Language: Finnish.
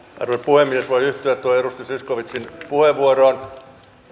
puhemies voin yhtyä tuohon edustaja zyskowiczin puheenvuoroon ja